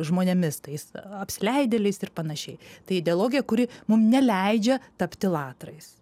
žmonėmis tais apsileidėliais ir panašiai tai ideologija kuri mum neleidžia tapti latrais